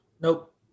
Nope